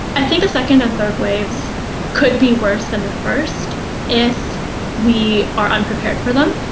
i think the second and third waves could be worse than the first if we are unprepared for them.